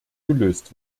gelöst